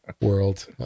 world